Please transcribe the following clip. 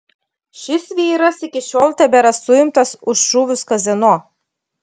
šis vyras iki šiol tebėra suimtas už šūvius kazino